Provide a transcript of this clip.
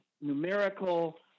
numerical